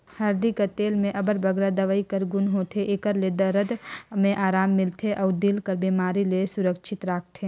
हरदी कर तेल में अब्बड़ बगरा दवई कर गुन होथे, एकर ले दरद में अराम मिलथे अउ दिल कर बेमारी ले सुरक्छित राखथे